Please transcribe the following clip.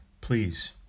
please